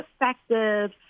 effective